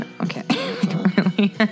Okay